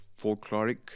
folkloric